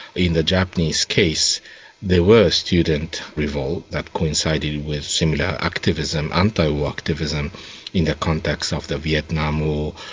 in the japanese case there were student revolt that coincided with similar activism, anti-war activism in the context of the vietnam war,